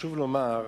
מקווה